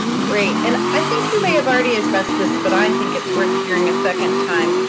great, and i think you may have already addressed this, but i think it's worth hearing a second time.